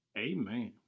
Amen